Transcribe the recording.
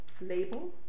label